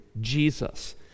Jesus